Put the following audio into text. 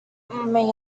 may